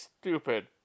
stupid